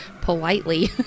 politely